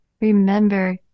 remember